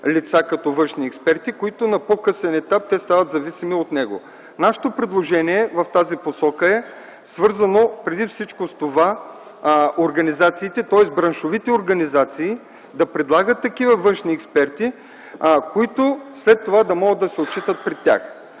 лица като външни експерти, които на по-късен етап стават зависими от него. Нашето предложение в тази посока е свързано преди всичко с това браншовите организации да предлагат такива външни експерти, които след това да могат да се отчитат пред тях.